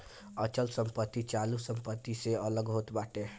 अचल संपत्ति चालू संपत्ति से अलग होत बाटे